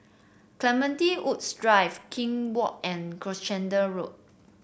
Clementi Woods Drive Kew Walk and Gloucester Road